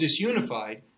disunified